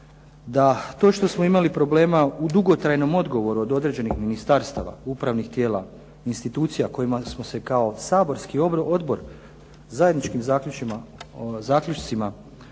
da to što smo imali problema u dugotrajnom odgovoru od određenih ministarstava, upravnih tijela, institucija kojima smo se kao saborski odbor zajedničkim zaključcima gotovo